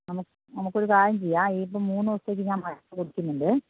നമുക്കൊരു കാര്യം ചെയ്യാം ഇപ്പോൾ മൂന്ന് ദിവസത്തേക്ക് ഞാൻ മരുന്ന് വെക്കുന്നുണ്ട്